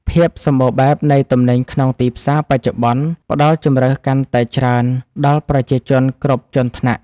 ភាពសម្បូរបែបនៃទំនិញក្នុងទីផ្សារបច្ចុប្បន្នផ្ដល់ជម្រើសកាន់តែច្រើនដល់ប្រជាជនគ្រប់ជាន់ថ្នាក់។